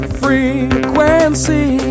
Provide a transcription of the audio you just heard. frequency